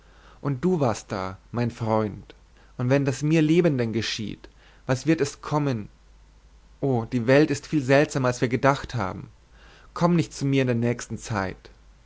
und du warst da mein freund und wenn das mir lebenden geschieht was wird erst kommen oh die welt ist viel seltsamer als wir gedacht haben komm nicht zu mir in der nächsten zeit